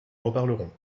reparlerons